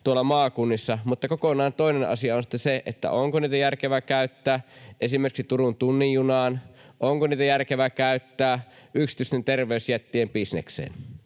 tuolla maakunnissa, mutta kokonaan toinen asia on sitten se, onko niitä järkevää käyttää esimerkiksi Turun tunnin junaan, onko niitä järkevää käyttää yksityisten terveysjättien bisnekseen.